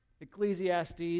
Ecclesiastes